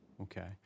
Okay